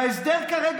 וההסדר כרגע,